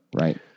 Right